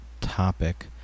topic